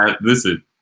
Listen